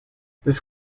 this